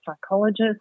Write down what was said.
psychologist